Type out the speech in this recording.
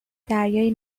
دریای